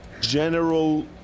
general